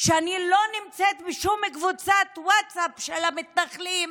שאני לא נמצאת בשום קבוצת ווטסאפ של המתנחלים,